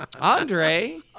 Andre